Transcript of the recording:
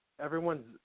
everyone's